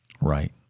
right